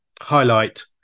highlight